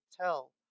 tell